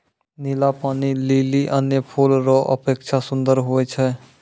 नीला पानी लीली अन्य फूल रो अपेक्षा सुन्दर हुवै छै